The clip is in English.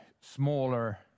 smaller